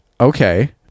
Okay